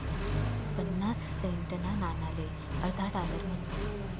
पन्नास सेंटना नाणाले अर्धा डालर म्हणतस